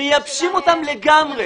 מייבשים אותם לגמרי.